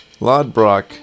Lodbrock